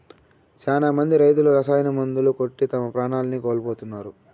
శ్యానా మంది రైతులు రసాయన మందులు కొట్టి తమ ప్రాణాల్ని కోల్పోతున్నారు